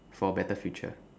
for a better future